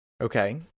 Okay